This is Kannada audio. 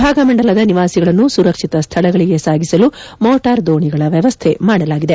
ಭಾಗಮಂಡಲದ ನಿವಾಸಿಗಳನ್ನು ಸುರಕ್ಷಿತ ಸ್ಥಳಗಳಿಗೆ ಸಾಗಿಸಲು ಮೋಟಾರ್ ದೋಣಿಗಳ ವ್ಯವಸ್ಥೆ ಮಾಡಲಾಗಿದೆ